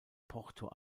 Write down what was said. porto